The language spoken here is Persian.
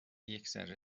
یکذره